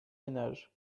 ménages